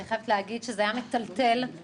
אני חייבת להגיד שזה היה מטלטל ומזעזע